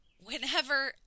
whenever